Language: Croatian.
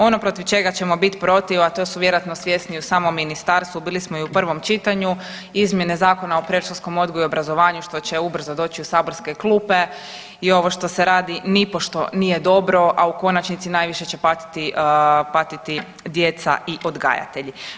Ono protiv čega ćemo bit protiv, a to su vjerojatno svjesni u samom ministarstvu, bili smo i u prvom čitanju, izmjene Zakona o predškolskom odgoju i obrazovanju što će ubrzo doći u saborske klupe i ovo što se radi nipošto nije dobro, a u konačnici najviše će patiti, patiti djeca i odgajatelji.